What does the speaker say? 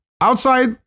Outside